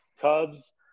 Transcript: Cubs